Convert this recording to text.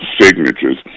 signatures